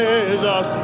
Jesus